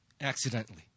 accidentally